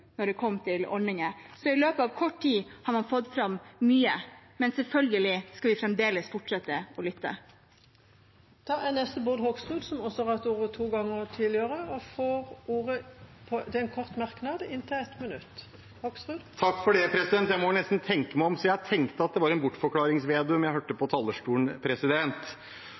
når det gjelder ordninger. Så i løpet av kort tid har man fått fram mye, men selvfølgelig skal vi fremdeles fortsette å lytte. Representanten Bård Hoksrud har hatt ordet to ganger tidligere og får ordet til en kort merknad, begrenset til 1 minutt. Jeg må vel nesten tenke meg om, så jeg tenkte at det var en Bortforklarings-Vedum jeg hørte på talerstolen.